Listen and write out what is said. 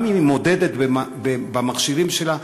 גם אם היא מודדת במכשירים שלה.